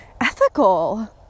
ethical